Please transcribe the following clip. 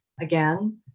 again